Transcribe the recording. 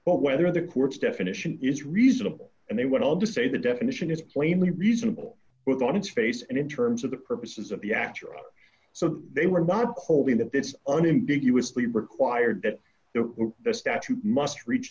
whether the court's definition is reasonable and they went on to say the definition is plainly reasonable but on its face and in terms of the purposes of the afterall so they were not holding that that's unambiguous we required that the statute must reach